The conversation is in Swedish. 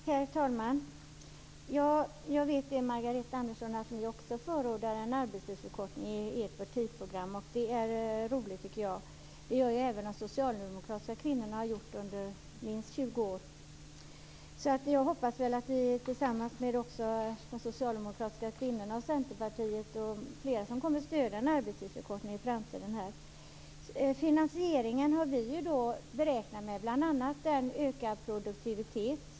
Herr talman! Jag vet, Margareta Andersson, att också ni i ert partiprogram förordar en arbetstidsförkortning. Jag tycker att det är roligt. Det har lett till att också de socialdemokratiska kvinnorna under minst 20 år har krävt en sådan. Jag hoppas att ni, de socialdemokratiska kvinnorna, Centerpartiet och andra kommer att stödja en arbetstidsförkortning i framtiden. Vad gäller finansieringen har vi bl.a. räknat med en ökad produktivitet.